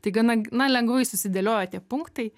tai gana na lengvai susidėliojo tie punktai